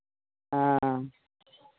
हँ